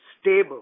stable